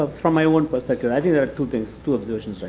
ah from my own perspective, i think there are two things, two observations. like